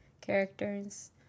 characters